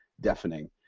deafening